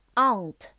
aunt